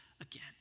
again